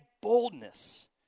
boldness